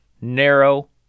narrow